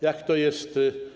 Jak to jest?